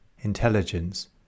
intelligence